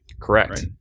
Correct